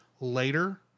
later